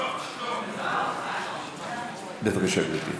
בבקשה, גברתי.